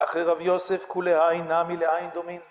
אחרי רב יוסף כולי עין נמי לעין דומין